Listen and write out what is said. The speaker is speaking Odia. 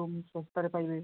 ରୁମ୍ ଶସ୍ତାରେ ପାଇବେ